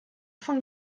von